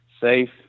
safe